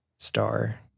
star